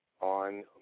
on